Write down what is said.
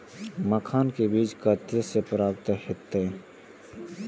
मखान के बीज कते से प्राप्त हैते?